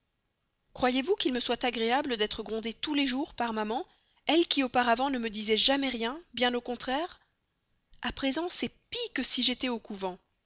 croyez-vous qu'il me soit bien agréable d'être grondée tous les jours par maman elle qui auparavant ne me disait jamais rien bien au contraire a présent c'est pis que si j'étais au couvent